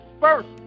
first